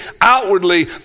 outwardly